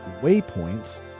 waypoints